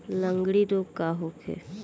लगंड़ी रोग का होखे?